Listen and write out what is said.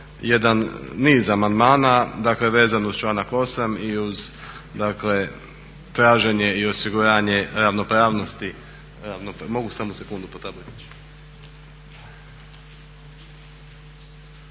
jedan niz amandmana dakle vezano uz članak 8. i uz traženje i osiguranje ravnopravnosti, mogu samo sekundu po tabletić,